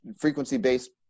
frequency-based